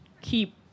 keep